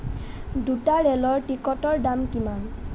দুটা ৰে'লৰ টিকটৰ দাম কিমান